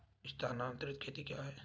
स्थानांतरित खेती क्या है?